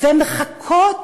והן מחכות